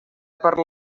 per